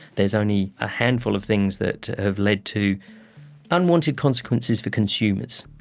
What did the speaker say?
there's only a handful of things that have led to unwanted consequences for consumers.